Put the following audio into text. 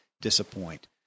disappoint